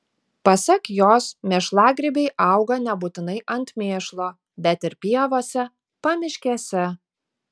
pasak jos mėšlagrybiai auga nebūtinai ant mėšlo bet ir pievose pamiškėse